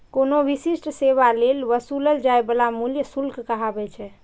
कोनो विशिष्ट सेवा लेल वसूलल जाइ बला मूल्य शुल्क कहाबै छै